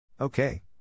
Okay